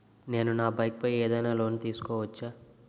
నేను నా బైక్ పై ఏదైనా లోన్ తీసుకోవచ్చా?